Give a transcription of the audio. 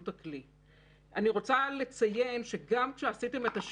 אבל בסדר, אני יכולה להבין שקשה להבין ולעקוב